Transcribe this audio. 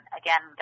again